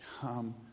come